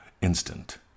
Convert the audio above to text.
Instant